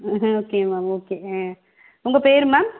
okay ma'am okay ஆ உங்கள் பெயரு மேம்